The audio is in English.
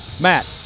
Matt